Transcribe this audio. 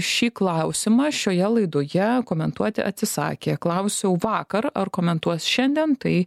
šį klausimą šioje laidoje komentuoti atsisakė klausiau vakar ar komentuos šiandien tai